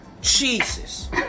Jesus